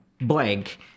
blank